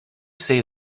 say